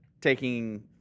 taking